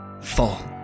fall